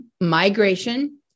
migration